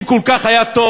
אם כל כך טוב,